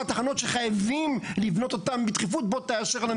תחנות שחייבים לבנות אותן בדחיפות ובוא תאשר.